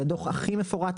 זה הדוח הכי מפורט,